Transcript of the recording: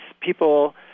people